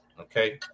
okay